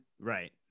right